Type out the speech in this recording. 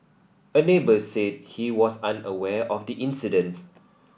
a neighbour said he was unaware of the incident